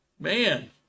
Man